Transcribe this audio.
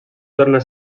tornar